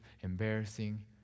embarrassing